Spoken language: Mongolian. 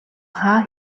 хаа